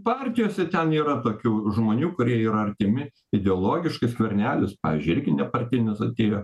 partijose ten yra tokių žmonių kurie yra artimi ideologiškai skvernelis pavyzdžiui irgi nepartinis atėjo